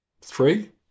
three